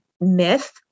myth